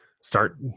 start